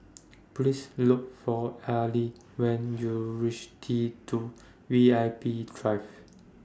Please Look For Ali when YOU REACH T two V I P Drive